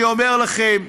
אני אומר לכם: